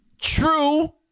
true